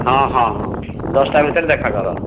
ହଁ ହଁ ହଁ ଦଶଟା ଭିତରେ ଦେଖାକର